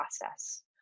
process